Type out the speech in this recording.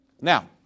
Now